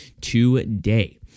today